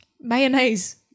Mayonnaise